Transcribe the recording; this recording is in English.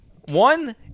one